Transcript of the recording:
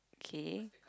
okay